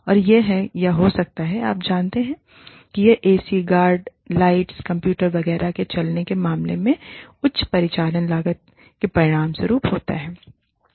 और यह है या हो सकता है आप जानते हैं और यह एसी गार्ड लाइट्स कंप्यूटर वगैरह के चलने के मामले में उच्च परिचालन लागत के परिणामस्वरूप होता है